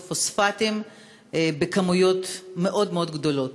פוספטים בכמויות מאוד מאוד גדולות.